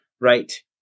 right